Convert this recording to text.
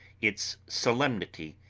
its solemnity,